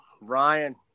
Ryan